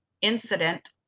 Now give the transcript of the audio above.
incident